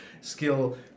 skill